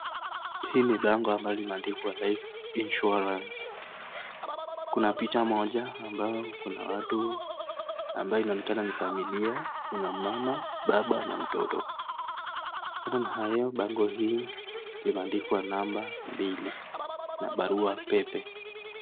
Hii ni bango ama limeandikwa life insurance . Kuna picha moja ambayo kuna watu ambayo inaonekana ni familia. Kuna mama, baba na mtoto. Kando na hayo, bango hii imeandikwa namba mbili na barua pepe.